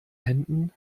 händen